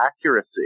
accuracy